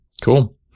Cool